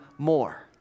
more